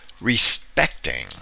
respecting